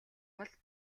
бол